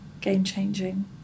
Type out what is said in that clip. game-changing